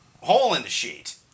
hole-in-the-sheet